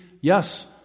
yes